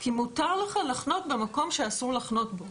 כי מותר לך להחנות במקום שאסור לחנות בו,